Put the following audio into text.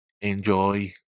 Enjoy